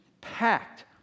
packed